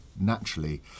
naturally